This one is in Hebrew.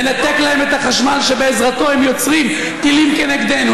לנתק להם את החשמל שבעזרתו הם יוצרים טילים כנגדנו,